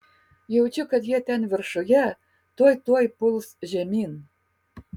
jaučiu kad jie ten viršuje tuoj tuoj puls žemyn